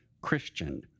Christian